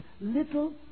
little